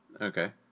Okay